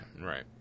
right